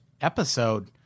episode